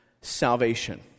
salvation